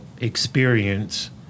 experience